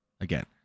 Again